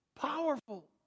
powerful